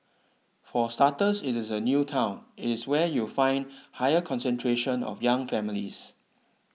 for starters it is a new town it is where you'll find higher concentration of young families